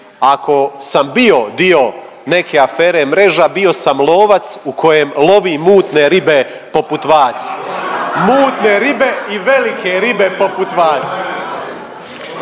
ako sam bio dio neke afere Mreža bio sam lovac u kojem lovi mutne ribe poput vas, mutne ribe i velike ribe poput vas.